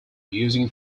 using